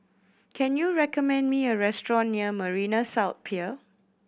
can you recommend me a restaurant near Marina South Pier